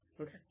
Okay